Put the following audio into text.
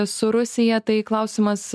su rusija tai klausimas